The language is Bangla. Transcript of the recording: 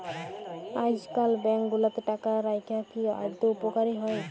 আইজকাল ব্যাংক গুলাতে টাকা রাইখা কি আদৌ উপকারী হ্যয়